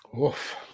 Oof